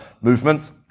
movements